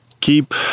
keep